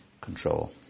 control